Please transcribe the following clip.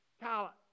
Kyle